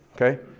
okay